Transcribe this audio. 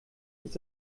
ist